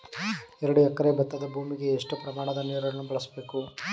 ಎರಡು ಎಕರೆ ಭತ್ತದ ಭೂಮಿಗೆ ಎಷ್ಟು ಪ್ರಮಾಣದ ನೀರನ್ನು ಬಳಸಬೇಕು?